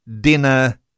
dinner